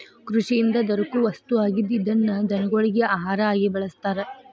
ಕೃಷಿಯಿಂದ ದೊರಕು ವಸ್ತು ಆಗಿದ್ದ ಇದನ್ನ ದನಗೊಳಗಿ ಆಹಾರಾ ಆಗಿ ಬಳಸ್ತಾರ